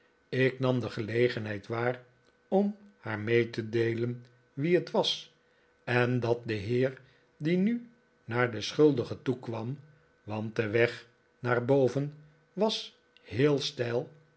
ik nam de gelegenheid waar om haar mee te deelen wie het was en dat de heer die nu naar de schuldige toekwam want de weg naar boven was heel steil